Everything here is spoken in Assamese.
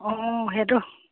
সেইটো